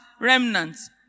remnants